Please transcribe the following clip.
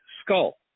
skull